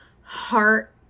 heart